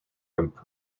from